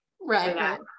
Right